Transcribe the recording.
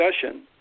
discussion